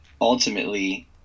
ultimately—